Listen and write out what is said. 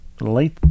late